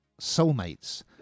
Soulmates